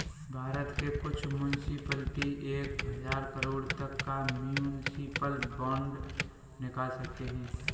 भारत के कुछ मुन्सिपलिटी एक हज़ार करोड़ तक का म्युनिसिपल बांड निकाल सकते हैं